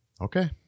Okay